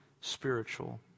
spiritual